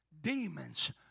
demons